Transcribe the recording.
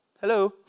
hello